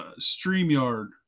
StreamYard